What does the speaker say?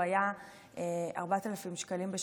הוא היה 4,000 שקלים בשנה,